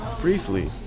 briefly